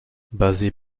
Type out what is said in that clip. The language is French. basée